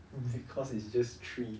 because it's just three